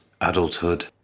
adulthood